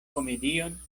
komedion